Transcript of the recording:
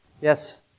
Yes